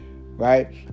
right